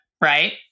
right